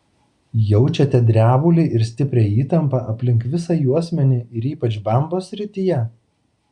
jaučiate drebulį ir stiprią įtampą aplink visą juosmenį ir ypač bambos srityje